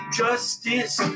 justice